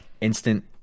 instant